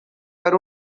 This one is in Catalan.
per